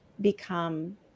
become